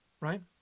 right